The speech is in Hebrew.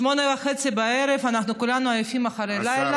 20:30, אנחנו כולנו עייפים אחרי לילה.